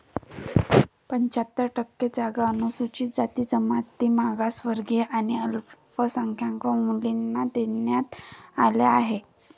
पंच्याहत्तर टक्के जागा अनुसूचित जाती, जमाती, मागासवर्गीय आणि अल्पसंख्याक मुलींना देण्यात आल्या आहेत